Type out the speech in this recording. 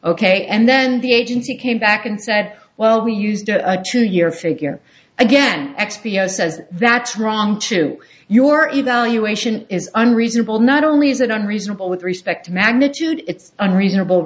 ok and then the agency came back and said well we used a two year figure again x p o says that's wrong too your evaluation is unreasonable not only is it unreasonable with respect to magnitude it's unreasonable